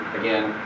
again